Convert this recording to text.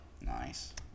Nice